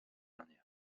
dernière